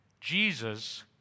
Jesus